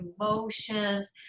emotions